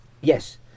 Yes